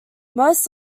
most